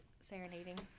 serenading